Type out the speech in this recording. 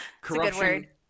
corruption